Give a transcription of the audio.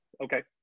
Okay